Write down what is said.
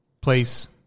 place